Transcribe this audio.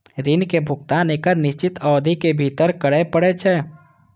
ऋण के भुगतान एक निश्चित अवधि के भीतर करय पड़ै छै